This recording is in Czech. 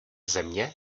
země